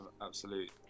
Absolute